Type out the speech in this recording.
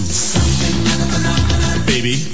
Baby